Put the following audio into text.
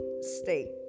state